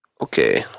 Okay